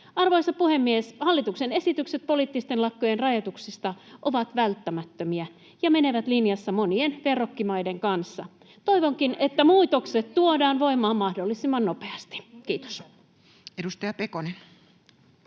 Arvoisa puhemies! Hallituksen esitykset poliittisten lakkojen rajoituksista ovat välttämättömiä ja menevät linjassa monien verrokkimaiden kanssa. Toivonkin, että muutokset tuodaan voimaan mahdollisimman nopeasti. — Kiitos. [Speech